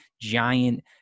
giant